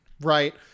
right